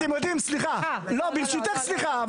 אתם יודעים, סליחה, לא, ברשותך סליחה.